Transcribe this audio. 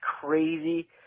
crazy